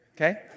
Okay